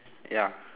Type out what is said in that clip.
ya